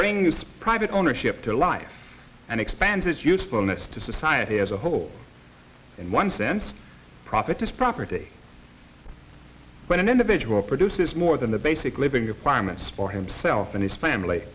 brings private ownership to life and expands its usefulness to society as a whole in one cent profit is property when an individual produces more than the basic living acquirements for himself and his family